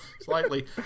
Slightly